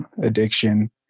addiction